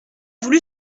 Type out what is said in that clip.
voulu